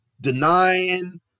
denying